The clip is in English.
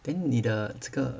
then 你的这个